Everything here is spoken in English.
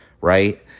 Right